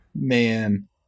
Man